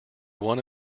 one